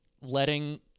letting